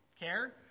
care